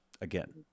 Again